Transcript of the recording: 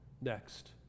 next